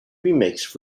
remix